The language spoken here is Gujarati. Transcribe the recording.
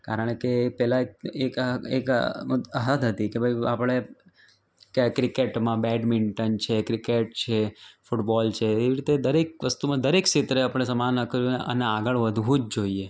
કારણ કે એક પહેલાં એક એક હદ હતી કે પહેલાં ભાઈ આપણે કે ક્રિકેટમાં બેડમિન્ટન છે ક્રિકેટ છે ફૂટબોલ છે એવી રીતે દરેક વસ્તુમાં દરેક ક્ષેત્રે આપણે સમાન અને આગળ વધવું જ જોઈએ